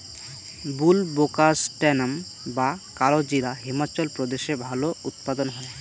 বুলবোকাস্ট্যানাম বা কালোজিরা হিমাচল প্রদেশে ভালো উৎপাদন হয়